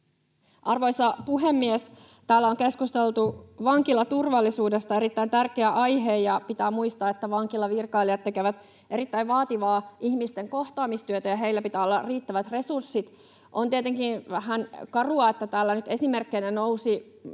Arvoisa puhemies! Täällä on keskusteltu vankilaturvallisuudesta — erittäin tärkeä aihe. Pitää muistaa, että vankilavirkailijat tekevät erittäin vaativaa ihmisten kohtaamistyötä, ja heillä pitää olla riittävät resurssit. On tietenkin vähän karua, että täällä nyt esimerkkeinä nousivat